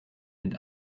mit